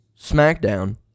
SmackDown